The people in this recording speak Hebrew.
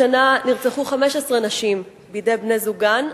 השנה נרצחו 15 נשים בידי בני-זוגן,